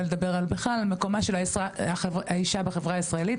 לדבר בכלל על מקומה של האישה בחברה הישראלית,